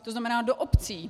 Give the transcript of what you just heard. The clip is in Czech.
To znamená, do obcí.